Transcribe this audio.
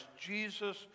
Jesus